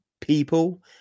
people